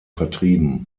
vertrieben